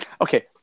Okay